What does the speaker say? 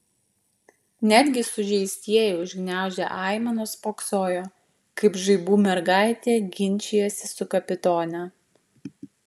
netgi sužeistieji užgniaužę aimanas spoksojo kaip žaibų mergaitė ginčijasi su kapitone